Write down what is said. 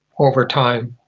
over time.